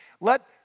Let